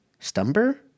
Stumber